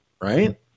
Right